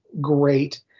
great